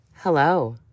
Hello